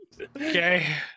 Okay